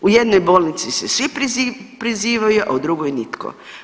U jednoj bolnici se svi prizivaju, a u drugoj nitko.